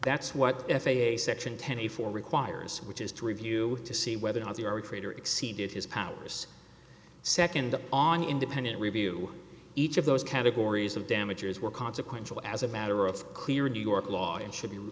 that's what if a section ten a four requires which is to review to see whether or not the or greater exceeded his powers nd on independent review each of those categories of damages were consequential as a matter of clear new york law and should be